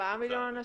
4 מיליון אנשים.